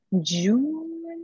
June